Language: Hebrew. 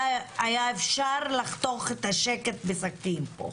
היה אפשר לחתוך את השקט פה בסכין.